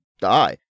die